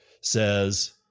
says